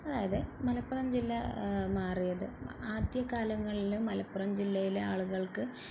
അതായത് മലപ്പുറം ജില്ല മാറിയത് ആദ്യ കാലങ്ങളിൽ മലപ്പുറം ജില്ലയിലെ ആളുകള്ക്ക്